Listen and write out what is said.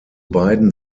beiden